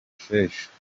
sheja